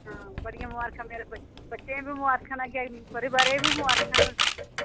आं बड़ियां मबारखां मेरे बच्चे ई मबारखां न परिवारै गी मबारखां न